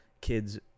kids